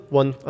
one